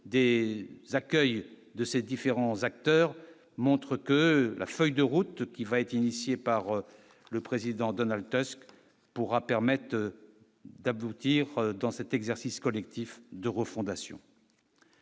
de D accueil de ces différents acteurs, montre que la feuille de route qui va être initiée par le président Donald Teske pourra permettent d'aboutir dans cet exercice collectif de refondation.